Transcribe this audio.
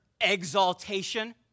exaltation